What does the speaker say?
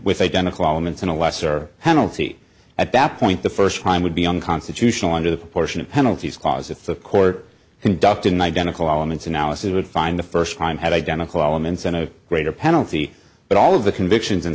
with identical elements in a lesser penalty at that point the first time would be unconstitutional under the proportionate penalties clause if the court conducted an identical elements analysis would find the first crime had identical elements and a greater penalty but all of the convictions